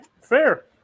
fair